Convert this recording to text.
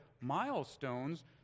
milestones